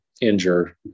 injure